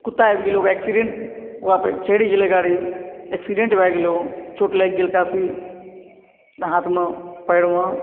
कुत्ता आबि गेल ओकरा एक्सीडेंट ओकरा पर चढ़ि गेलय गाड़ी एक्सीडेंट भए गेलय ओ चोट लागि गेल काफी हाथमे पैरमे